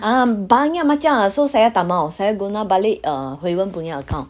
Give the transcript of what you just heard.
ah banyak macam so saya tak mahu saya guna balik err hui wen punya account